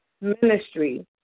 ministry